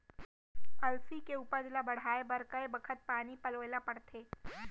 अलसी के उपज ला बढ़ए बर कय बखत पानी पलोय ल पड़थे?